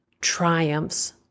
triumphs